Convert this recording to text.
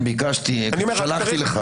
שלחתי לך